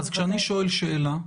אז כשאני שואל שאלה,